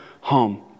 home